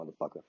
motherfucker